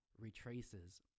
retraces